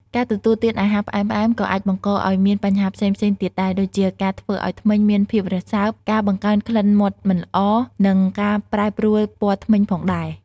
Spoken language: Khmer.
ការទទួលទានអាហារផ្អែមៗក៏អាចបង្កឱ្យមានបញ្ហាផ្សេងៗទៀតដែរ ដូចជាការធ្វើឱ្យធ្មេញមានភាពរសើប ការបង្កើនក្លិនមាត់មិនល្អ និងការប្រែប្រួលពណ៌ធ្មេញផងដែរ។